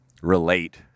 relate